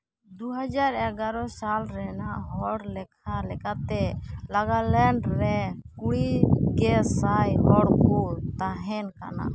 ᱫᱩ ᱦᱟᱡᱟᱨ ᱮᱜᱟᱨᱚ ᱥᱟᱞ ᱨᱮᱱᱟᱜ ᱦᱚᱲ ᱞᱮᱠᱷᱟ ᱞᱮᱠᱟᱛᱮ ᱱᱟᱜᱟᱞᱮᱱᱰ ᱨᱮ ᱠᱩᱲᱤ ᱜᱮᱥᱟᱭ ᱦᱚᱲ ᱠᱚ ᱛᱟᱦᱮᱸ ᱠᱟᱱᱟ